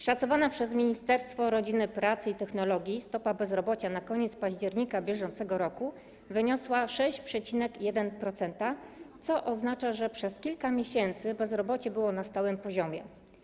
Szacowana przez Ministerstwo Rozwoju, Pracy i Technologii stopa bezrobocia na koniec października br. wyniosła 6,1%, co oznacza, że przez kilka miesięcy bezrobocie było na stałym poziomie.